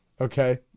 Okay